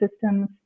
systems